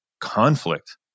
conflict